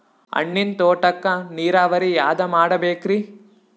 ಹಣ್ಣಿನ್ ತೋಟಕ್ಕ ನೀರಾವರಿ ಯಾದ ಮಾಡಬೇಕ್ರಿ?